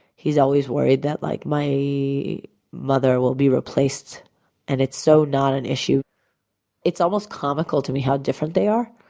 he's always worried that like my mother will be replaced and it's so not an issue it's almost comical to me how different they are.